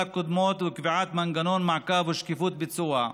קודמות וקביעת מנגנון מעקב ושקיפות ביצוע,